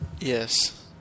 Yes